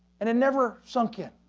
and i never sunken.